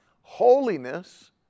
holiness